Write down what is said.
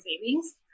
savings